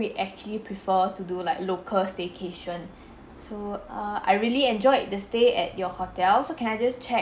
we actually prefer to do like local staycation so err I really enjoyed the stay at your hotel so can I just check